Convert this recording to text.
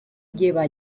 lleva